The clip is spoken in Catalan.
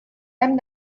hem